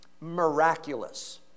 miraculous